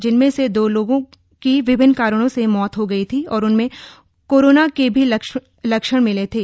जिनमें से दो लोगों की विभिन्न कारणों से मौत हो गई थी और उनमें कोरोना के भी लक्षण मिले थे